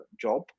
job